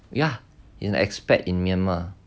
ya he is a expat in myanmar